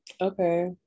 okay